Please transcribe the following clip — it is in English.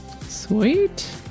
Sweet